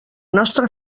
nostra